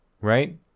Right